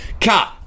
Cut